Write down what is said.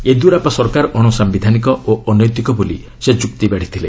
ୟେଦିୟରାପ୍ସା ସରକାର ଅଣସାୟିଧାନିକ ଓ ଅନୈତିକ ବୋଲି ସେ ଯୁକ୍ତି ବାଢ଼ିଥିଲେ